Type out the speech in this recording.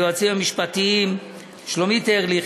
ליועצים המשפטיים שלומית ארליך,